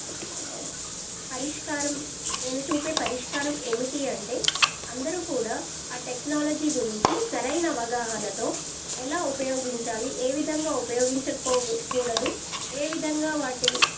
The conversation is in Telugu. పరిష్కారం నేను చూపే పరిష్కారం ఏమిటి అంటే అందరూ కూడా ఆ టెక్నాలజీ గురించి సరైన అవగాహనతో ఎలా ఉపయోగించాలి ఏ విధంగా ఉపయోగించకోకూడదు ఏ విధంగా వాటి